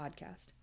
podcast